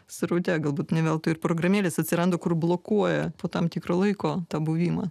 sraute galbūt ne veltui ir programėlės atsiranda kur blokuoja po tam tikro laiko tą buvimą